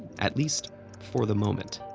at least for the moment.